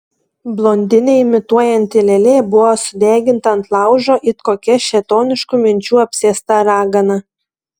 blondinę imituojanti lėlė buvo sudeginta ant laužo it kokia šėtoniškų minčių apsėsta ragana